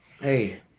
Hey